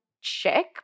check